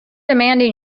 demanding